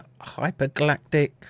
hypergalactic